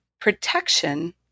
Protection